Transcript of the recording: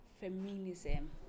Feminism